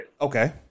okay